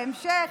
בהמשך,